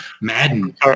Madden